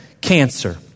cancer